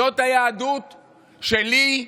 זאת היהדות שלי,